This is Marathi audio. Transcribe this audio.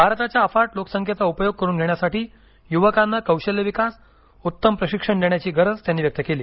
भारताच्या अफाट लोकसंख्येचा उपयोग करून घेण्यासाठी युवकांना कौशल्य विकास उत्तम प्रशिक्षण देण्याची गरज त्यांनी व्यक्त केली